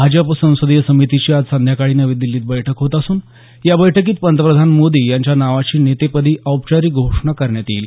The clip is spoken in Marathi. भाजप संसदीय समितीची आज संध्याकाळी नवी दिल्लीत बैठक होत असून या बैठकीत पंतप्रधान नरेंद्र मोदी यांच्या नावाची नेतेपदी औपचारिक घोषणा करण्यात येईल